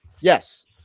yes